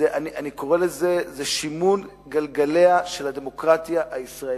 אני קורא לזה שימון גלגליה של הדמוקרטיה הישראלית.